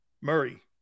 Murray